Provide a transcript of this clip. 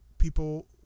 people